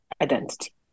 identity